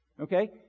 okay